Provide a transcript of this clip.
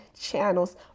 channels